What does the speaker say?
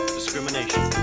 discrimination